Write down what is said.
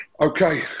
Okay